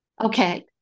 Okay